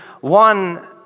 one